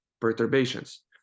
perturbations